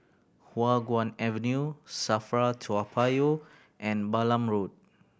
Hua Guan Avenue SAFRA Toa Payoh and Balam Road